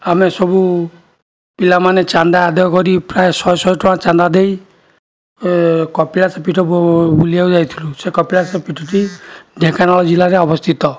ଆମେ ସବୁ ପିଲାମାନେ ଚାନ୍ଦା ଆଦାୟ କରି ପ୍ରାୟ ଶହେ ଶହେ ଟଙ୍କା ଚାନ୍ଦା ଦେଇ କପିଳାସ ପୀଠ ବୁଲିବାକୁ ଯାଇଥିଲୁ ସେ କପିଳାସ ପୀଠଟି ଢେଙ୍କାନାଳ ଜିଲ୍ଲାରେ ଅବସ୍ଥିତ